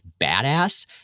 badass